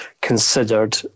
considered